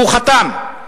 והוא חתם,